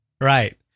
Right